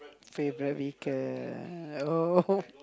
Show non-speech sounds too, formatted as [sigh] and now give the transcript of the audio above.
favourite vehicle oh [noise]